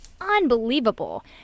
unbelievable